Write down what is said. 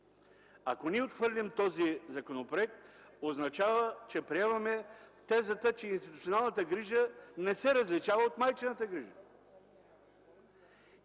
Ако ние отхвърлим този законопроект, означава, че приемаме тезата, че институционалната грижа не се различава от майчината.